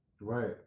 Right